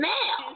Now